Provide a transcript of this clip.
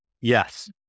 Yes